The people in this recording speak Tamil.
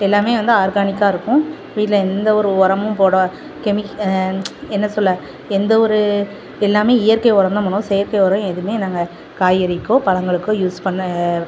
எல்லாம் வந்து ஆர்கானிக்காக இருக்கும் வீட்டில் எந்த ஒரு உரமும் போட கெமிக் என்ன சொல்லலை எந்த ஒரு எல்லாம் இயற்கை உரம்தான் பண்ணுவோம் செயற்கை உரம் எதுவுமே நாங்கள் காய்கறிக்கோ பழங்களுக்கோ யூஸ் பண்ண